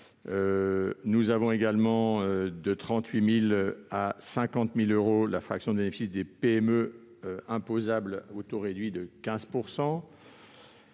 nous faisons croître de 38 120 euros à 50 000 euros la fraction de bénéfices des PME imposable au taux réduit de 15 %.